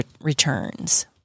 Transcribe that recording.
returns